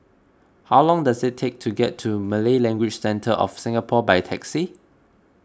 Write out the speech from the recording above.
how long does it take to get to Malay Language Centre of Singapore by taxi